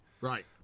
Right